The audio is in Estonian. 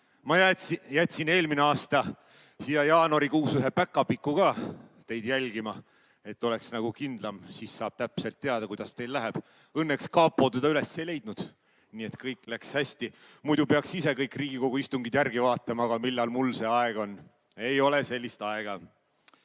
Ma jätsin eelmise aasta jaanuarikuus ühe päkapiku teid jälgima, et oleks kindlam. Siis saab täpselt teada, kuidas teil läheb. Õnneks kapo teda üles ei leidnud, nii et kõik läks hästi, muidu peaks ise kõik Riigikogu istungid järele vaatama. Aga millal mul see aeg on? Ei ole sellist aega!